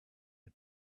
the